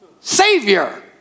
savior